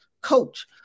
coach